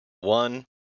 one